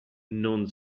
non